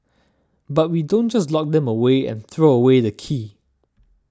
but we don't just lock them away and throw away the key